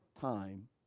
time